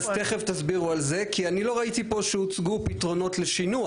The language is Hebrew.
אז תכף תסבירו על זה כי אני לא ראיתי פה שהוצגו פתרונות לשינוע,